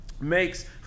makes